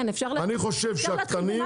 אני חושב שהקטנים --- כן אפשר להתחיל במה